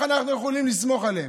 איך אנחנו יכולים לסמוך עליהם?